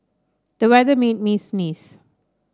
the weather made me sneeze